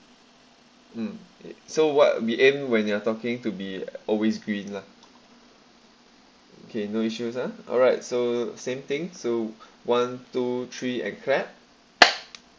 mm so what we aim when you're talking to be always green lah okay no issues ah alright so same thing so one two three and clap